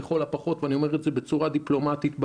ואני אומר את זה בצורה דיפלומטית,